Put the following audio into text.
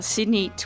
Sydney